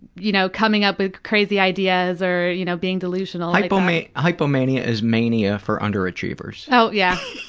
you know, coming up with crazy ideas or you know being delusional. hypo-mania hypo-mania is mania for underachievers. oh yeah,